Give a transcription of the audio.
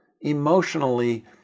Emotionally